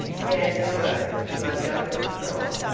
now doro, you are going to cry,